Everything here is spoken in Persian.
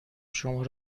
شما